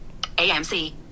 AMC